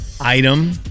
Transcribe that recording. item